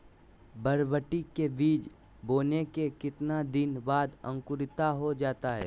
बरबटी के बीज बोने के कितने दिन बाद अंकुरित हो जाता है?